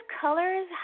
colors